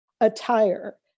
attire